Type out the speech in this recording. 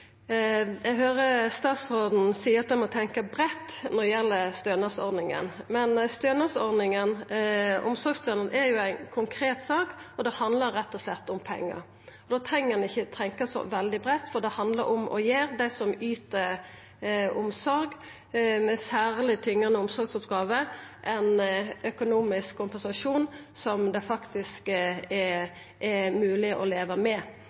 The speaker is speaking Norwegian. Eg høyrer statsråden seier at ein må tenkja breitt når det gjeld stønadsordninga. Men omsorgsstønaden er ei konkret sak – det handlar rett og slett om pengar. Da treng ein ikkje tenkja så veldig breitt, for det handlar om å gi dei som yter omsorg med særleg tyngande omsorgsoppgåver, ein økonomisk kompensasjon som det faktisk er mogleg å leva med.